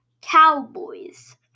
Cowboys